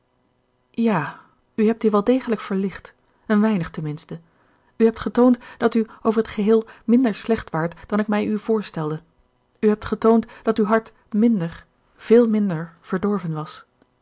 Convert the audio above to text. ja u hebt die wel degelijk verlicht een weinig ten minste u hebt getoond dat u over t geheel minder slecht waart dan ik mij u voorstelde u hebt getoond dat uw hart minder veel minder verdorven was